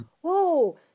whoa